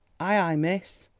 ay, ay, miss,